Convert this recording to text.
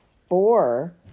four